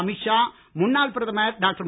அமித் ஷா முன்னாள் பிரதமர் டாக்டர்